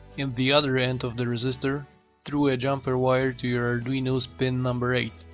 the other end of the resistor through a jumper wire to your adruino's pin number eight.